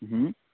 ह्म्म